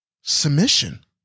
submission